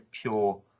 pure